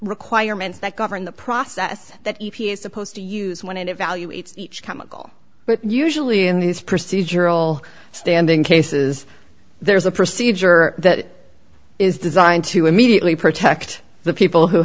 requirements that govern the process that e p a is supposed to use when it evaluates each chemical but usually in these procedural standing cases there's a procedure that is designed to immediately protect the people who